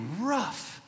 rough